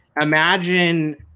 imagine